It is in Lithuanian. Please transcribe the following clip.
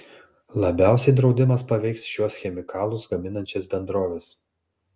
labiausiai draudimas paveiks šiuos chemikalus gaminančias bendroves